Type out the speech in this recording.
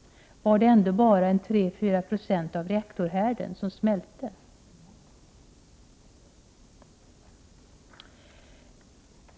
— var det ändå bara 3-4 90 av reaktorhärden som smälte.